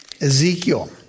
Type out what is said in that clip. Ezekiel